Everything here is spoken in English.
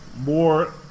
more